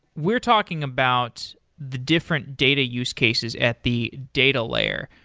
we're talking about the different data use cases at the data layer.